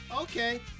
Okay